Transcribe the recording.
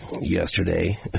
yesterday